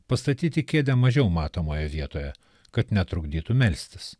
pastatyti kėdę mažiau matomoje vietoje kad netrukdytų melstis